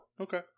Okay